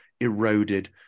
eroded